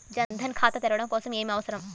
జన్ ధన్ ఖాతా తెరవడం కోసం ఏమి అవసరం?